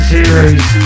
Series